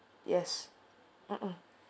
yes mmhmm